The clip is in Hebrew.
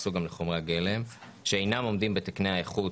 התייחסו גם לחומרי הגלם "שאינם עומדים בתקני האיכות"